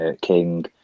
King